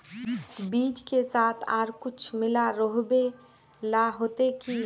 बीज के साथ आर कुछ मिला रोहबे ला होते की?